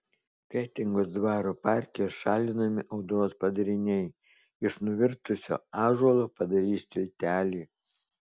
kretingos dvaro parke šalinami audros padariniai iš nuvirtusio ąžuolo padarys tiltelį